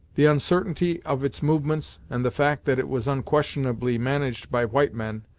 the uncertainty of its movements, and the fact that it was unquestionably managed by white men,